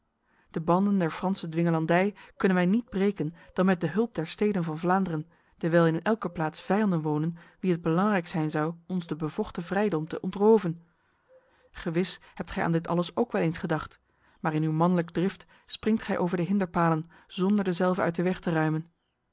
de banden der franse dwingelandij kunnen wij niet breken dan met de hulp der steden van vlaanderen dewijl in elke plaats vijanden wonen wie het belangrijk zijn zou ons de bevochten vrijdom te ontroven gewis hebt gij aan dit alles ook wel eens gedacht maar in uw manlijke drift springt gij over de hinderpalen zonder dezelve uit de weg te ruimen